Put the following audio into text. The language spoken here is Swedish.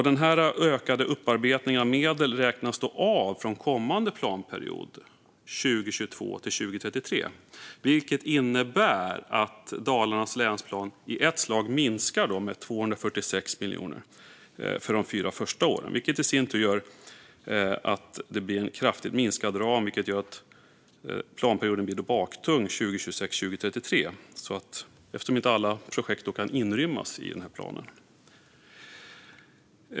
Den ökade upparbetningen av medel räknas då av från kommande planperiod, 2022-2033, vilket innebär att Dalarnas länsplan i ett slag minskar med 246 miljoner de fyra första åren, vilket i sin tur gör att det blir en kraftigt minskad ram, vilket gör att planperioden blir baktung 2026-2033, eftersom inte alla projekt kan inrymmas i den planen. Fru talman!